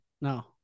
No